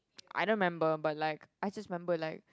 I don't member but like I just remember like